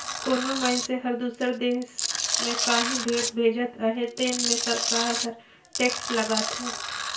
कोनो मइनसे हर दूसर देस में काहीं भेंट भेजत अहे तेन में सरकार हर टेक्स लगाथे